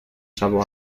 salvo